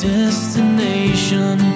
destination